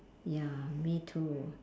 ya me too